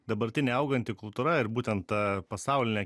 dabartinė auganti kultūra ir būtent ta pasaulinė